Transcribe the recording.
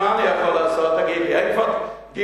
איזה סבא אני?